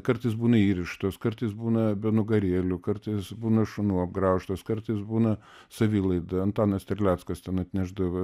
kartais būna įrištos kartais būna be nugarėlių kartais būna šunų apgraužtos kartais būna savilaida antanas terleckas ten atnešdavo